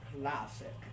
Classic